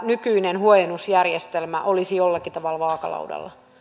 nykyinen huojennusjärjestelmä olisi jollakin tavalla vaakalaudalla